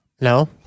No